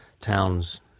towns